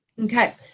Okay